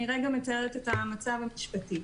אני מתארת את המצב המשפטי.